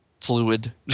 fluid